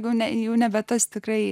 kaune jau nebe tas tikrai